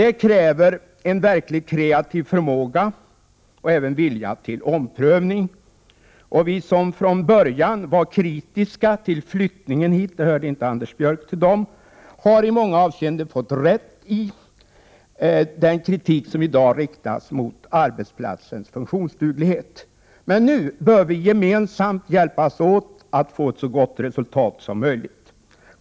Det kräver en verkligt kreativ förmåga och även vilja till omprövning. Vi som från början var kritiska till flyttningen hit — Anders Björck hörde inte till dem — har i många avseenden fått rätt i den kritik som i dag riktas mot arbetsplatsens funktionsduglighet. Men nu bör vi gemensamt hjälpas åt att få ett så gott resultat som möjligt.